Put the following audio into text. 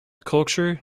culture